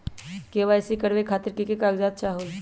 KYC करवे खातीर के के कागजात चाहलु?